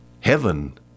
Heaven